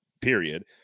period